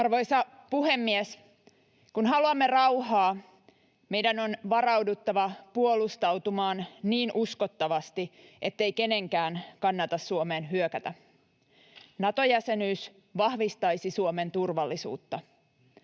Arvoisa puhemies! Kun haluamme rauhaa, meidän on varauduttava puolustautumaan niin uskottavasti, että kenenkään ei kannata Suomeen hyökätä tai Suomea aseellisesti,